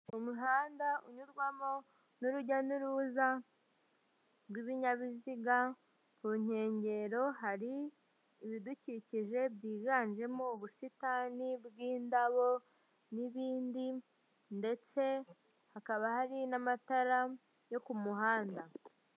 Umuhanda unyurwamo n'urujya n'uruza rw'ibinyabiziga, ku nkengero hari ibidukikije byiganjemo ubusitani bw'indabo n'ibindi ndetse hakaba hari n'amatara yo ku muhanda.